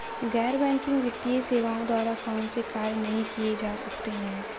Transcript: गैर बैंकिंग वित्तीय सेवाओं द्वारा कौनसे कार्य नहीं किए जा सकते हैं?